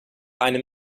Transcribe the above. einem